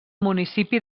municipi